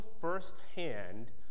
firsthand